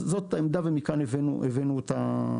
זאת העמדה, ומכאן הבאנו אותה.